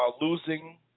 losing